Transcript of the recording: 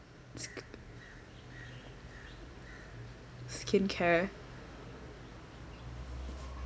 sk~ skincare